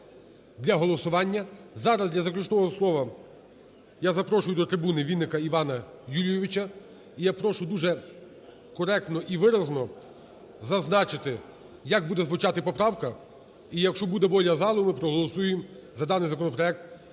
для голосування. Зараз для заключного слова я запрошую до трибуни Вінника Івана Юлійовича. І я прошу дуже коректно і виразно зазначити, як буде звучати поправка. І якщо буде воля залу, ми проголосуємо за даний законопроект